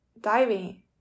diving